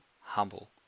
Humble